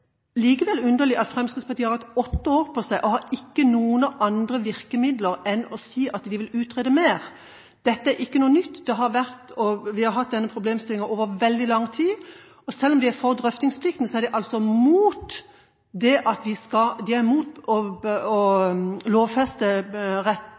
likevel underlig at Fremskrittspartiet har hatt åtte år på seg og ikke har noen andre virkemidler enn å si at de vil utrede mer. Dette er ikke noe nytt. Vi har hatt denne problemstillingen over veldig lang tid. Selv om de er for drøftingsplikten, er de altså mot å lovfeste heltidsretten prinsipielt, som de sier i teksten, og